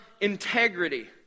integrity